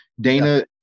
Dana